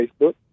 Facebook